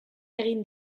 egin